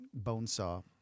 Bonesaw